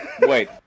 Wait